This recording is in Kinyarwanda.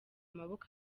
amaboko